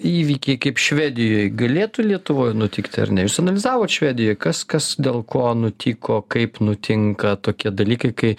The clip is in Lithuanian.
įvykiai kaip švedijoj galėtų lietuvoj nutikti ar ne jūs analizavot švedijoj kas kas dėl ko nutiko kaip nutinka tokie dalykai kai